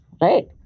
right